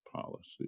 policy